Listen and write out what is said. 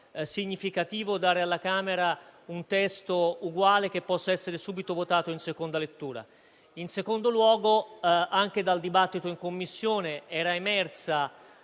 significativo dare alla Camera un testo uguale che possa essere subito votato in seconda lettura; in secondo luogo, anche dal dibattito in Commissione era emersa